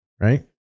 right